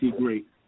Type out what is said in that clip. great